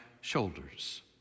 shoulders